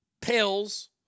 pills